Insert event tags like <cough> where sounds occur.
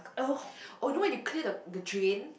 <breath> oh you know when you clear the the drain